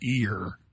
ear